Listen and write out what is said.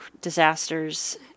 disasters